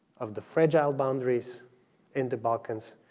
of the fragile boundaries in the balkans,